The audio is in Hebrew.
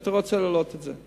שאתה רוצה להעלות את זה.